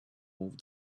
move